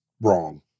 wrong